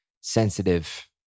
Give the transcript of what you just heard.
sensitive